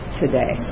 today